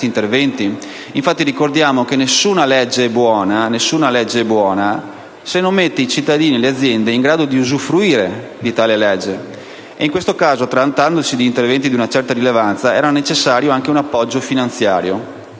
infatti, che nessuna legge è buona se non mette i cittadini e le aziende in grado di usufruire di tale legge. In questo caso, trattandosi di interventi di una certa rilevanza, era necessario anche un appoggio finanziario